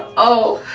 oh.